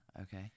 Okay